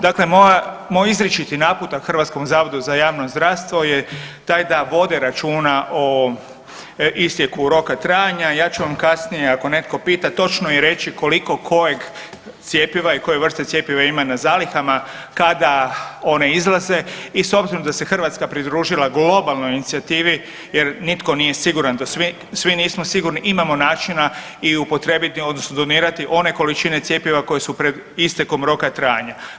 Dakle, moj izričiti naputak HZJZ je taj da vode računa o isteku roka trajanja, ja ću vam kasnije ako netko pita točno i reći koliko kojeg cjepiva i koje vrsta cjepiva ima na zalihama kada one izlaze i s obzirom da se Hrvatska pridružila globalnoj inicijativi jer nitko nije siguran da svi nismo sigurni imamo načina i upotrijebiti odnosno donirati one količine cjepiva koje su pred istekom roka trajanja.